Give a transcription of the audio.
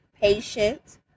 Patient